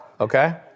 okay